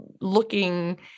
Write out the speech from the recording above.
looking